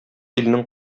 илнең